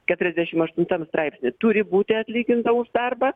keturiasdešimt aštuntam straipsny turi būti atlyginta už darbą